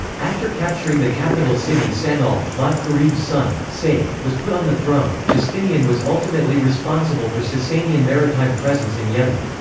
after capturing the capital city san'a'l, ma'd-karib's son, saif, was put on the throne justinian was ultimately responsible for sassanian maritime presence in yemen.